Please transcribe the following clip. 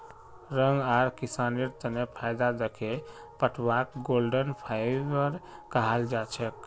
रंग आर किसानेर तने फायदा दखे पटवाक गोल्डन फाइवर कहाल जाछेक